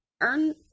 earn